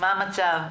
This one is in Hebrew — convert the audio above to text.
'מה המצב',